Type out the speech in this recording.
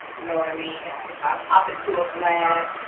you know and i mean if i popped into a blab,